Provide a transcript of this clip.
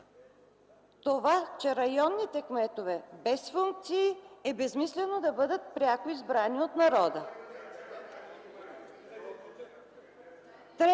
Това, че районните кметове без функции е безсмислено да бъдат пряко избрани от народа.